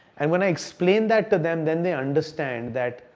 and when i explain that to them then they understand that,